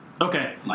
Okay